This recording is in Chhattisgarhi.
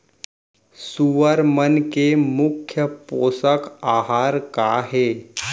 सुअर मन के मुख्य पोसक आहार का हे?